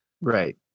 Right